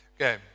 okay